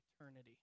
eternity